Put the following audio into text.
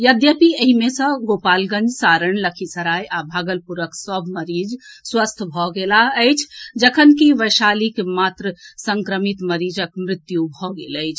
यद्यपि एहि मे सँ गोपालगंज सारण लखीसराय आ भागलपुरक सभ मरीज स्वस्थ भऽ गेलाह अछि जखनकि वैशालीक मात्र संक्रमित मरीजक मृत्यु भऽ गेल अछि